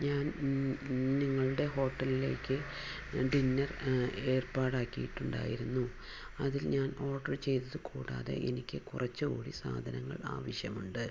ഞാൻ നിങ്ങളുടെ ഹോട്ടലിലേക്ക് ഞാൻ ഡിന്നർ ഏർപ്പാടാക്കിയിട്ട് ഉണ്ടായിരുന്നു അതിൽ ഞാൻ ഓർഡർ ചെയ്തതു കൂടാതെ എനിക്ക് കുറച്ചു കൂടി സാധനങ്ങൾ ആവശ്യമുണ്ട്